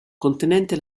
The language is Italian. contenente